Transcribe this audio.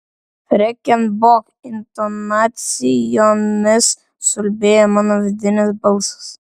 freken bok intonacijomis suulbėjo mano vidinis balsas